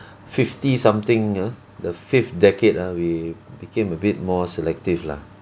fifty something ah the fifth decade ah we became a bit more selective lah